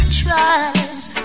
tries